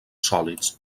sòlids